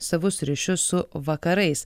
savus ryšius su vakarais